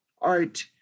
art